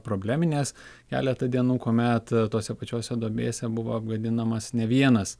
probleminės keletą dienų kuomet tose pačiose duobėse buvo apgadinamas ne vienas